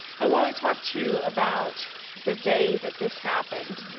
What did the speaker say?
i want to talk to you about the day that this happened,